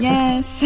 Yes